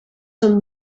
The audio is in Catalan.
són